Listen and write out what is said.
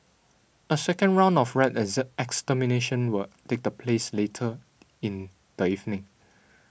a second round of rat exert extermination will take the place later in the evening